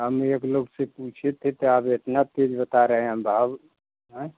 हम एक लोग से पूछे थे तो आप इतना तेज बता रहे हैं हम भाव आँय